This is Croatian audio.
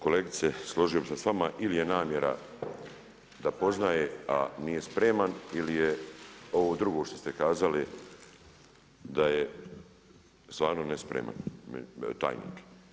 Kolegice složio bi se s vama ili je namjera da poznaje, a nije spreman ili je ovo drugo što ste kazali, da je stvarno nespreman tajnik.